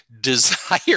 desire